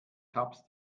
tabs